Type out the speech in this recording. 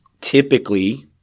typically